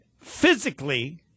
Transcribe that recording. Physically